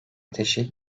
ateşi